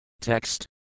Text